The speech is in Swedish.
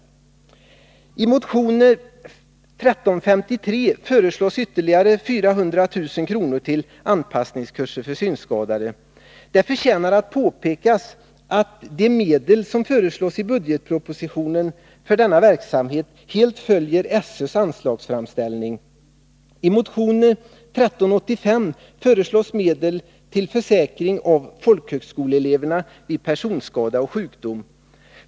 I motion 1353 föreslås ytterligare 400 000 kr. till anpassningskurser för synskadade. Det förtjänar att påpekas att de medel som föreslås i budgetpropositionen för denna verksamhet helt överensstämmer med SÖ:s anslagsframställning. I motion 1385 föreslås medel till försäkring av folkhögskoleeleverna vid personskada och sjukdom.